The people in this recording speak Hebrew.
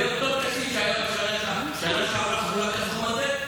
זה אותו תקציב שהיה בשנה שעברה וחולק הסכום הזה,